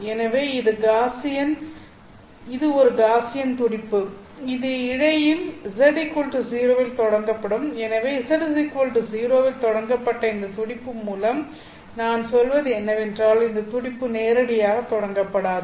எனவே இது ஒரு காஸியன் துடிப்பு இது இழையில் z0 இல் தொடங்கப்படும் எனவே z0 இல் தொடங்கப்பட்ட இந்த துடிப்பு மூலம் நான் சொல்வது என்னவென்றால் இந்த துடிப்பு நேரடியாக தொடங்கப்படாது